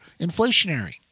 inflationary